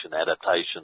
adaptation